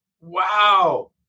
Wow